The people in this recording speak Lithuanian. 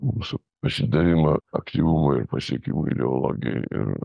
mūsų pasidavimą aktyvumui ir pasiekimų ideologijai ir